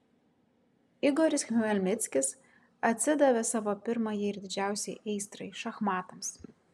igoris chmelnickis atsidavė savo pirmajai ir didžiausiai aistrai šachmatams